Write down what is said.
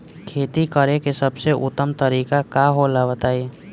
खेती करे के सबसे उत्तम तरीका का होला बताई?